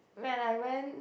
when I went